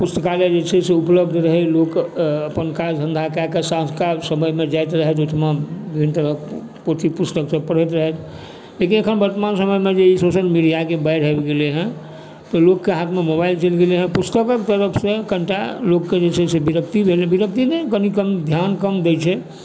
पुस्तकालय जे छै उपलब्ध रहय लोक अपन काज धन्धा कएकऽ सँझुका समयमे जाइत रहथि ओहिठमा विभिन्न तरहके पुस्तक पोथी सब पढ़ैत रहथि लेकिन अखन वर्तमान समयमे जे ई सोशल मिडियाके बाढ़ि आबि गेलै हँ तऽ लोककेँ हाथमे मोबाइल चलि गेलय हँ तऽ पुस्तकक तरफसँ कनिटा लोककेँ जे छै से विरक्ति भेलय विरक्ति नहि कनि ध्यान कम दै छै